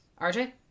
RJ